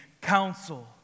counsel